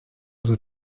also